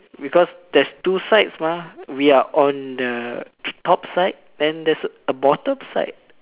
because there's two sides mah we are on the top side then there's a bottom side